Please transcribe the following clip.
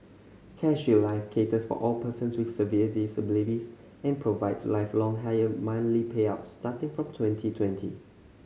Care Shield Life caters for all persons with severe disabilities and provides lifelong higher money payouts starting from twenty and twenty